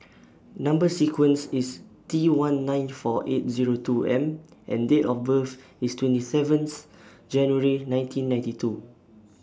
Number sequence IS T one nine four eight Zero two M and Date of birth IS twenty seventh January nineteen ninety two